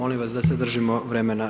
Molim vas da se držimo vremena.